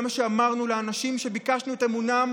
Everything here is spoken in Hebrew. זה מה שאמרנו לאנשים שביקשנו את אמונם